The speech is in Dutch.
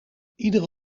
iedere